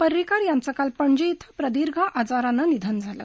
पर्रिकर यांचं काल पणजी इथं प्रदीर्घ आजारानं निधन झालं